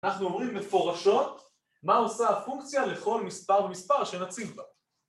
אנחנו אומרים מפורשות, מה עושה הפונקציה לכל מספר ומספר שנציב בה